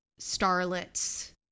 starlets